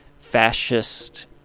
fascist